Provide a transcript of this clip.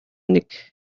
нэг